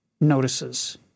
notices